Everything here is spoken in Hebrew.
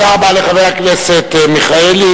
תודה רבה לחבר הכנסת מיכאלי.